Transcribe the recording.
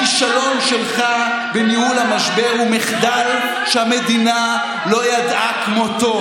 הכישלון שלך בניהול המשבר הוא מחדל שהמדינה לא ידעה כמותו.